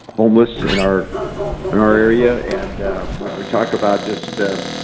homeless in our and our area. and we talked about just